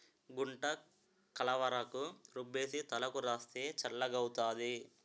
గుంటకలవరాకు రుబ్బేసి తలకు రాస్తే చల్లగౌతాది